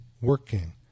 working